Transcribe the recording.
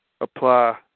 apply